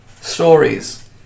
stories